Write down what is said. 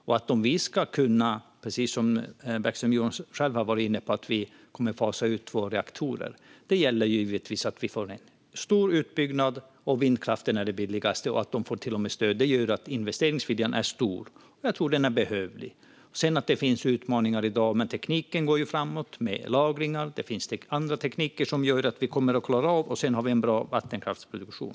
Om vi ska kunna fasa ut två reaktorer, som Mattias Bäckström Johansson var inne på, gäller det givetvis att vi får en stor utbyggnad av alternativen. Vindkraften är det billigaste, och att den får stöd gör att investeringsviljan är stor. Jag tror att den är behövlig. Det finns utmaningar, men tekniken går framåt med lagring och så vidare. Det finns andra tekniker som gör att vi kommer att klara av detta, och vi har en bra vattenkraftsproduktion.